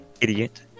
idiot